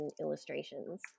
Illustrations